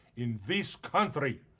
in this country.